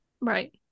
Right